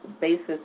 basis